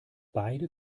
beide